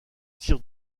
tire